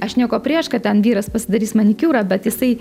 aš nieko prieš kad ten vyras pasidarys manikiūrą bet jisai